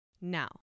Now